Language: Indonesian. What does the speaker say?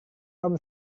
tom